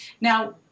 Now